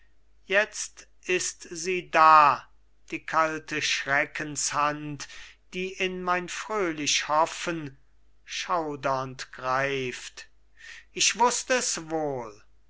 jetzt ist sie da die kalte schreckenshand die in mein fröhlich hoffen schaudernd greift ich wußt es wohl